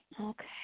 Okay